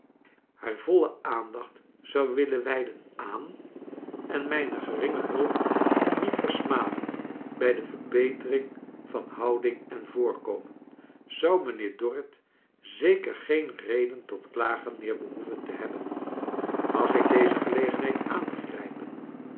haar voile aandacht zou willen wij den aan en mijne geringe hulp niet versmaden bij de verbetering van houding en voorkomen zou mijnheer dorrit zeker geen reden tot klagen meer behoeven te hebben mag ik deze gelegenheid aangrijpen